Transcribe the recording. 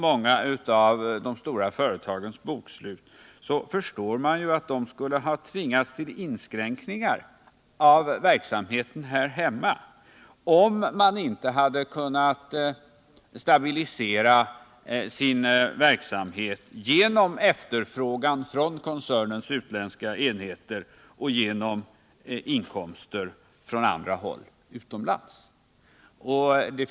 Många av de stora bolagens bokslut visar att dessa företag skulle ha tvingats till inskränkningar av verksamheten här hemma, om de inte hade kunnat stabilisera sin verksamhet genom efterfrågan från koncernens utländska enheter och genom inkomster från andra håll utomlands.